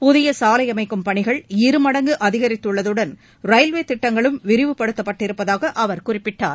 புதிய சாலை அமைக்கும் பணிகள் இரு மடங்கு அதிகரித்துள்ளதுடன் ரயில்வேத் திட்டங்களும் விரிவுபடுத்தப்பட்டிருப்பதாக அவர் குறிப்பிட்டார்